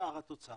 שאר התוצר,